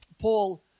Paul